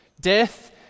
Death